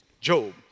Job